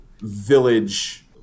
village